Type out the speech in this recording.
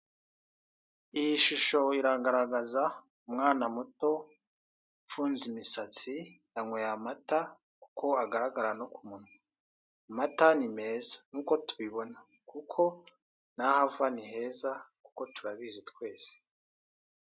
Iyi shusho iragaragaza umwana muto ufunze imisatsi yanyweye amata uko hagaragara no ku munwa, amata ni meza nk'uko tubibona kuko n'aho ava ni heza kuko turabizi twese.